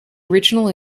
original